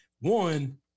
one